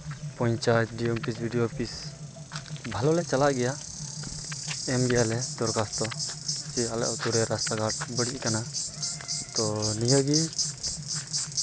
panchayat D M office B D O office ᱵᱷᱟᱹᱞᱤ ᱞᱮ ᱪᱟᱞᱟᱜ ᱜᱮᱭᱟ ᱮᱢ ᱜᱮᱭᱟᱞᱮ ᱫᱚᱨᱠᱷᱟᱥᱛᱚ ᱡᱮ ᱟᱞᱮ ᱟᱹᱛᱩ ᱨᱮ ᱨᱟᱥᱛᱟ ᱜᱷᱟᱴ ᱵᱟᱹᱲᱤᱡ ᱠᱟᱱᱟ ᱛᱳ ᱱᱤᱭᱟᱹᱜᱮ